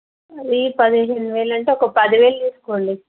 ఇవి పదిహేను వేలంటే ఒక పది వేలు తీసుకోండి